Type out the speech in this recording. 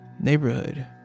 neighborhood